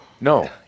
No